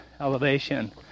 elevation